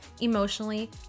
emotionally